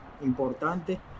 importante